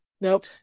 Nope